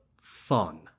fun